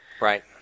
Right